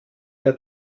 der